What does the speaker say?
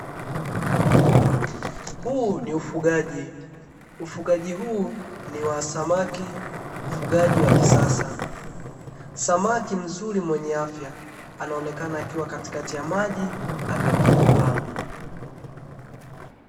Huu ni ufugaji ufugaji huu ni wa samaki, ufugaji wa kisasa samaki mzuri mwenye afya, anaonekana akiwa katikati ya maji amefugwa.